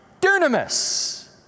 Dunamis